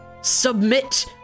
Submit